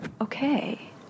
okay